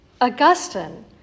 Augustine